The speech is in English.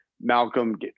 Malcolm